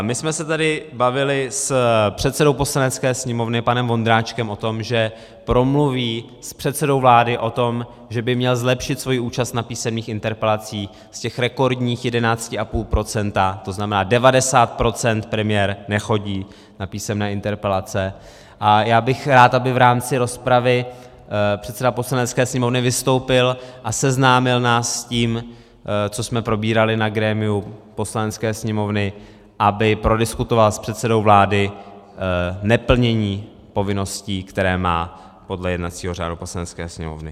My jsme se tady bavili s předsedou Poslanecké sněmovny panem Vondráčkem o tom, že promluví s předsedou vlády o tom, že by měl zlepšit svoji účast na písemných interpelacích z těch rekordních 11,5 %, to znamená, 90 % premiér nechodí na písemné interpelace, a já bych rád, aby v rámci rozpravy předseda Poslanecké sněmovny vystoupil a seznámil nás s tím, co jsme probírali na grémiu Poslanecké sněmovny, aby prodiskutoval s předsedou vlády neplnění povinností, které má podle jednacího řádu Poslanecké sněmovny.